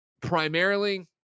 primarily